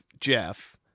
Jeff